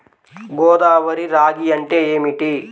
గోదావరి రాగి అంటే ఏమిటి?